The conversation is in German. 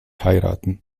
heiraten